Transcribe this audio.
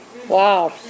Wow